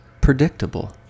predictable